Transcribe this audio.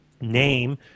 name